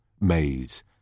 Maze